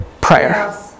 prayer